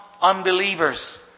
unbelievers